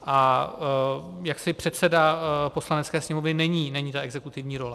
A jaksi předseda Poslanecké sněmovny není ta exekutivní role.